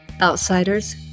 outsiders